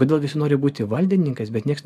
kodėl visi nori būti valdininkais bet nieks